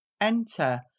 Enter